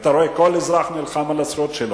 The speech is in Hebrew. ואתה רואה כל אזרח נלחם על הזכויות שלו.